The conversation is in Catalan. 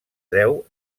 deu